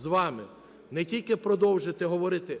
з вами не тільки продовжити говорити,